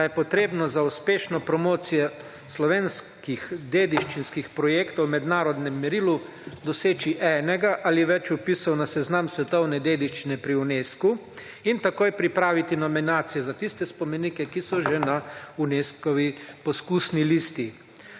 da je potrebno za uspešno promocijo slovenskih dediščinskih projektov v mednarodnem merilu doseči enega ali več vpisov na seznam svetovne dediščine pri Unescu in takoj pripraviti nominacije za tiste spomenike, ki so že na Unescovi poskusni listi.